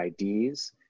IDs